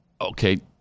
Okay